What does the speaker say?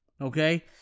Okay